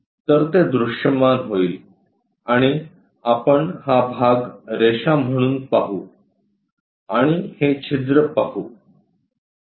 तर ते दृश्यमान होईल आणि आपण हा भाग रेषा म्हणून पाहू आणि हे छिद्र पाहू